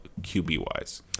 QB-wise